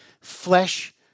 flesh